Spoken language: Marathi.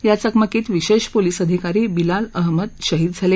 या चकमकीत विशेष पोलिस अधिकारी बिलाल अहमद शहीद झाले